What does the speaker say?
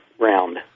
round